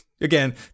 again